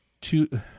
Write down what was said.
Two